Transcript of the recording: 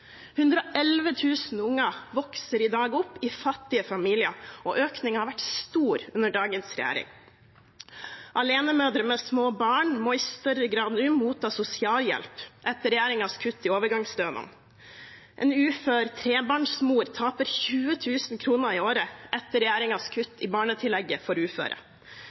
vokser i dag opp i fattige familier, og økningen har vært stor under dagens regjering. Alenemødre med små barn må i større grad motta sosialhjelp nå, etter regjeringens kutt i overgangsstønaden. En ufør trebarnsmor taper 20 000 kr i året etter regjeringens kutt i barnetillegget for uføre.